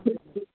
जे छै